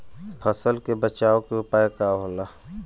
फसल के बचाव के उपाय का होला?